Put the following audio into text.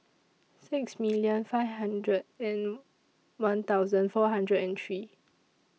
six million five hundred and one thousand four hundred and three